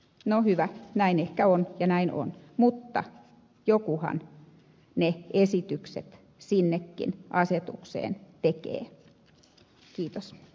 no hyvä näin ehkä on ja näin on mutta jokuhan ne esitykset sinnekin asetukseen tekee kiitos